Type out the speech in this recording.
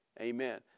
Amen